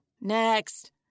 Next